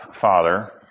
Father